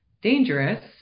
dangerous